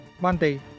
Monday